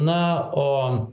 na o